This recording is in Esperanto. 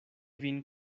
vin